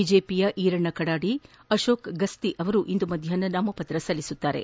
ಬಿಜೆಪಿಯ ಈರಣ್ಣ ಕಡಾಡಿ ಅಶೋಕ್ ಗುತ್ತಿ ಅವರು ಇಂದು ಮಧ್ನಾಹ್ನ ನಾಮಪತ್ರ ಸಲ್ಲಿಸಲಿದ್ದಾರೆ